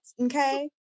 Okay